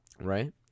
Right